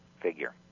figure